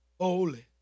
holy